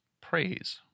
praise